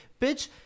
bitch